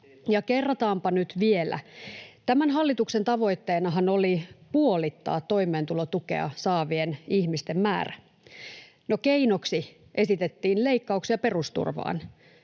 kerrataanpa nyt vielä: Tämän hallituksen tavoitteenahan oli puolittaa toimeentulotukea saavien ihmisten määrä. No, keinoksi esitettiin leikkauksia perusturvaan,